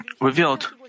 revealed